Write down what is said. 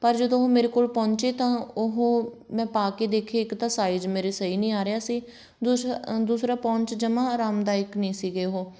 ਪਰ ਜਦੋਂ ਉਹ ਮੇਰੇ ਕੋਲ ਪਹੁੰਚੇ ਤਾਂ ਉਹ ਮੈਂ ਪਾ ਕੇ ਦੇਖੇ ਇੱਕ ਤਾਂ ਸਾਈਜ਼ ਮੇਰੇ ਸਹੀ ਨਹੀਂ ਆ ਰਿਹਾ ਸੀ ਦੂਸਰਾ ਦੂਸਰਾ ਪਾਉਣ 'ਚ ਜਮਾਂ ਅਰਾਮਦਾਇਕ ਨਹੀਂ ਸੀਗੇ ਉਹ